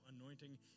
anointing